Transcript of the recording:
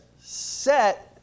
Set